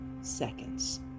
seconds